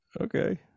Okay